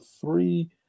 three